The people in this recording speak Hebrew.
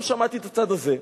גם שמעתי את הצד הזה,